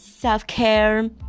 self-care